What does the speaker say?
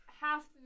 half